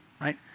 Right